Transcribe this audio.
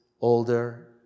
older